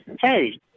Hey